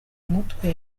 mutwe